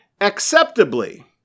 acceptably